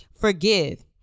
forgive